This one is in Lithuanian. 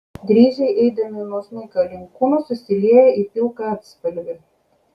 dryžiai eidami nuo snukio link kūno susilieja į pilką atspalvį